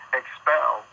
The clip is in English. expel